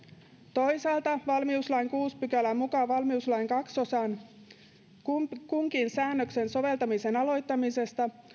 toisaalta valmiuslain kuudennen pykälän mukaan valmiuslain kahden osan kunkin säännöksen soveltamisen aloittamisesta